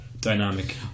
dynamic